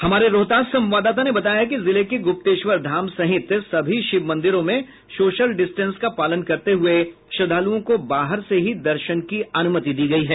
हमारे रोहतास संवाददाता ने बताया है कि जिले के गुप्तेश्वर धाम सहित सभी शिव मंदिरों में सोशल डिस्टेंस का पालन करते हुये श्रद्धालुओं को बाहर से ही दर्शन की अनुमति दी गयी है